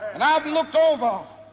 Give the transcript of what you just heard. and i've looked over,